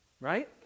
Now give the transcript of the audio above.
Right